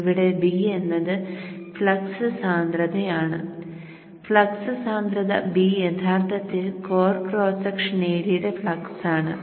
ഇവിടെ B എന്നത് flux സാന്ദ്രതയാണ് ഫ്ലക്സ് സാന്ദ്രത B യഥാർത്ഥത്തിൽ കോർ ക്രോസ് സെക്ഷൻ ഏരിയയുടെ ഫ്ലക്സ് ആണ്